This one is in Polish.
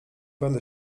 będę